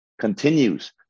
continues